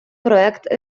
проект